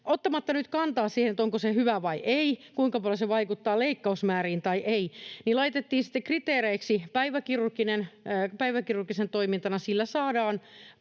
Ottamatta nyt kantaa siihen, onko se hyvä vai ei, kuinka paljon se vaikuttaa leikkausmääriin tai ei, laitettiin sitten kriteeriksi päiväkirurginen toiminta. Sillä saadaan